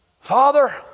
Father